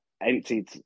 emptied